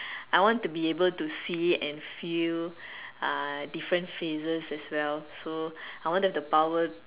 I want to be able to see and feel uh different phases as well so I want to have the power